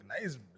nice